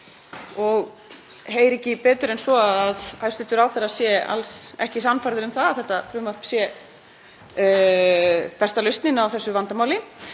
Ég heyri ekki betur en svo að hæstv. ráðherra sé alls ekki sannfærður um að þetta frumvarp sé besta lausnin á þessu vandamáli.